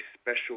special